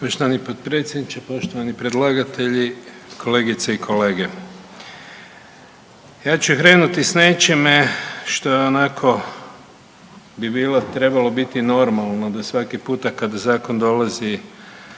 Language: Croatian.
Poštovani potpredsjedniče, poštovani predlagatelji. Kolegice i kolege. Ja ću krenuti s nečime što je onako bi bilo trebalo biti normalno da svaki puta kada zakon dolazi